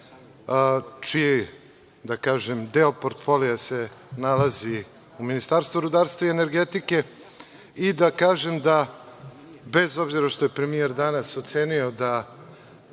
čiji, da kažem, deo portfolija se nalazi u Ministarstvu rudarstva i energetike, i da kažem da bez obzira što je premijer danas ocenio da